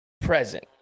present